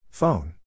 phone